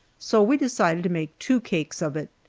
so we decided to make two cakes of it.